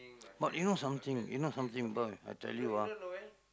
but you know something you know something boy I tell you ah